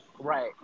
Right